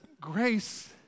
grace